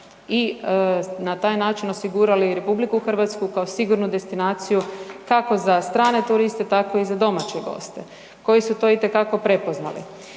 i na taj način osigurali RH kao sigurnu destinaciju kako za strane turiste tako i za domaće goste koji su to itekako prepoznali.